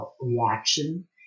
reaction